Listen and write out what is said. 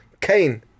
Kane